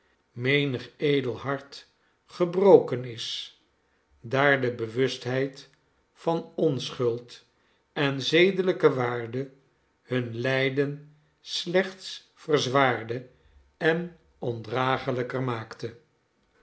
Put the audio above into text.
menig edel hart gebroken is daar de bewustheid van onschuld en zedelijke waarde hun lijden slechts verzwaarde en ondragelijker maakte